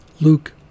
Luke